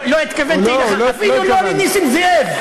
לא, לא התכוונתי אליך, אפילו לא לנסים זאב.